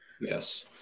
Yes